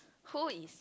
who is